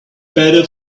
better